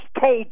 told